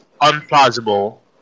unplausible